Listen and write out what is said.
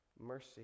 mercy